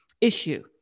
issue